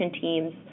teams